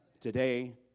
today